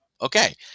Okay